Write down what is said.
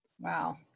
Wow